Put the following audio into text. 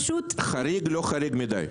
חריג אבל לא חריג מדי.